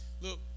Look